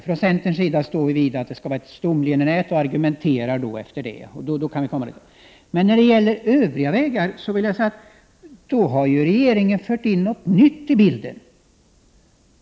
Från centerns sida står vi fast vid vår åsikt om stomlinjenät, och vi argumenterar från den utgångspunkten. Men när det gäller övriga järnvägar har regeringen fört in något nytt i bilden.